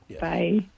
Bye